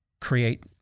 create